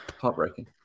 heartbreaking